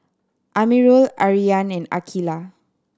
Amirul Aryan and Aqeelah